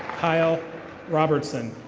kyle robertson.